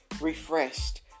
refreshed